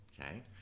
Okay